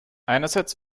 einerseits